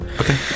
Okay